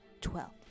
twelve